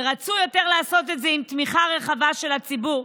ורצוי יותר לעשות את זה עם תמיכה רחבה של הציבור,